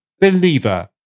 Believer